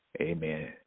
Amen